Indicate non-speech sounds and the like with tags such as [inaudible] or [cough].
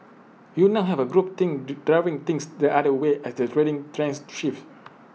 you now have group think [unintelligible] driving things the other way as the trading trends shifts